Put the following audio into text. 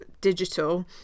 digital